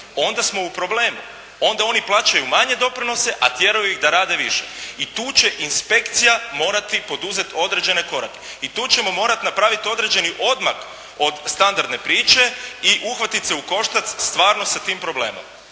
onda smo u problemu. Onda oni plaćaju manje doprinose a tjeraju ih da rade više. I tu će inspekcija morati poduzeti određene korake. I tu ćemo morati napraviti određeni odmak od standardne priče i uhvatiti se u koštac stvarno sa tim problemom.